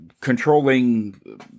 controlling